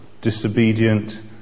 disobedient